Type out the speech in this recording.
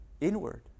inward